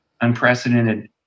unprecedented